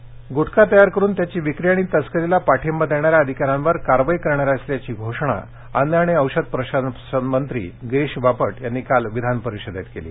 कारवाई गुटखा तयार करून त्याची विक्री आणि तस्करीला पाठिंबा देणाऱ्या अधिकाऱ्यांवर कारवाई करणार असल्याची घोषणा अन्न आणि औषध प्रशासन मंत्री गिरीष बापट यांनी काल विधानपरिषदेत केली